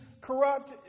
corrupt